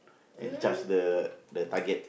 and charge the the target